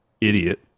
idiot